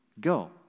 go